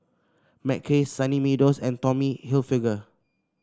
Mackays Sunny Meadow and Tommy Hilfiger